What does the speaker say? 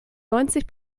neunzig